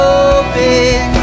open